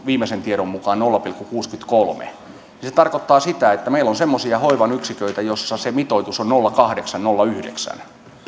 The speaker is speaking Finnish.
viimeisen tiedon mukaan nolla pilkku kuusikymmentäkolme niin se tarkoittaa sitä että meillä on semmoisia hoivan yksiköitä jossa se mitoitus on nolla pilkku kahdeksan viiva nolla pilkku yhdeksän